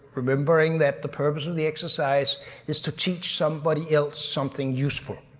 remembering that the purpose of the exercise is to teach somebody else something useful.